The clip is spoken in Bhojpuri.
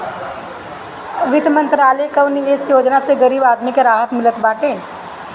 वित्त मंत्रालय कअ निवेश योजना से गरीब आदमी के राहत मिलत बाटे